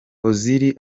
ozil